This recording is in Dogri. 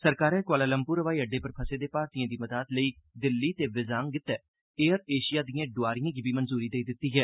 सरकारै कुआला लम्पुर ब्हाई अड्डे पर फसे दे भारतीयें दी मदाद लेई दिल्ली ते विज्ञांग गितै एयर एशिया दिएं डुआरिएं गी बी मंजूरी देई दित्ती ऐ